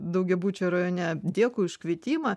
daugiabučio rajone dėkui už kvietimą